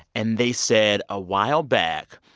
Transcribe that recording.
and they said a while back,